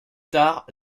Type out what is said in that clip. tard